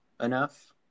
enough